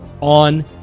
on